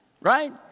right